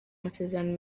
amasezerano